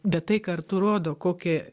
bet tai kartu rodo kokia